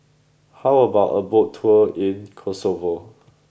how about a boat tour in Kosovo